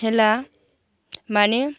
हेला माने